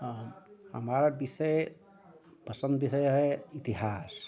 हमारा विषय पसंद विषय है इतिहास